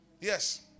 Yes